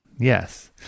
Yes